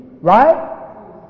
right